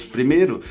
Primeiro